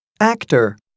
actor